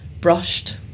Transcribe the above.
brushed